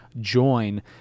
join